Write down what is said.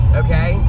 okay